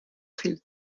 viel